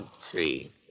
Three